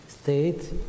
State